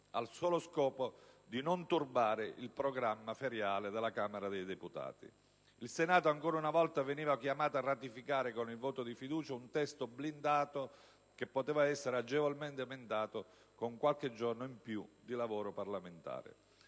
al solo scopo di non turbare il programma feriale della Camera dei deputati. Il Senato, ancora una volta, veniva chiamato a ratificare con il voto di fiducia un testo blindato che poteva essere agevolmente emendato con qualche giorno in più di lavoro parlamentare.